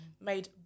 made